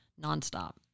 nonstop